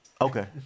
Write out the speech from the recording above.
Okay